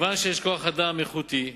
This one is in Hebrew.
כיוון שיש כוח אדם איכותי,